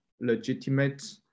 legitimate